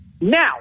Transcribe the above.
Now